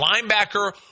linebacker